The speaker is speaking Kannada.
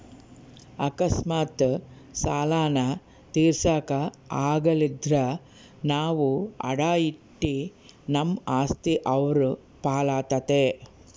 ಅಕಸ್ಮಾತ್ ಸಾಲಾನ ತೀರ್ಸಾಕ ಆಗಲಿಲ್ದ್ರ ನಾವು ಅಡಾ ಇಟ್ಟ ನಮ್ ಆಸ್ತಿ ಅವ್ರ್ ಪಾಲಾತತೆ